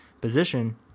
position